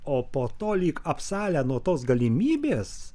o po to lyg apsalę nuo tos galimybės